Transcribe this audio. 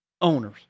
owners